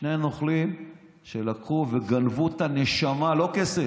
שני נוכלים שלקחו וגנבו את הנשמה, לא כסף.